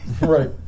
Right